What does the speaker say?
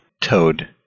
toad